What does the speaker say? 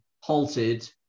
halted